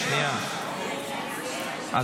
נעמה לזימי,